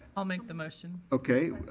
i'll make the motion. okay.